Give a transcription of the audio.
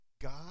God